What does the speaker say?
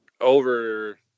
over